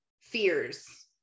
fears